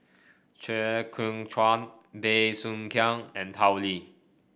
Chew Kheng Chuan Bey Soo Khiang and Tao Li